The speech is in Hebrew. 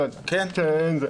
כן.